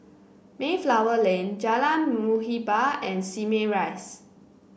Mayflower Lane Jalan Muhibbah and Simei Rise